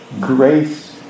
grace